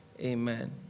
Amen